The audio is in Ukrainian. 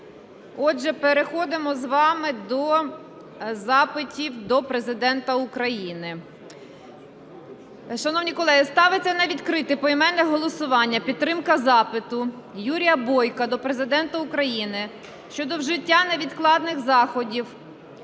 Отже, переходимо з вами до запитів до Президента України. Шановні колеги, ставиться на відкрите поіменне голосування підтримка запиту Юрія Бойка до Президента України щодо вжиття невідкладних заходів,